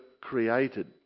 created